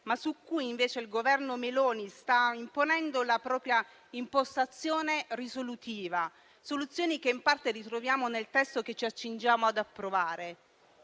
ma su cui invece il Governo Meloni sta imponendo la propria impostazione risolutiva. Soluzioni che in parte ritroviamo nel testo che ci accingiamo ad approvare.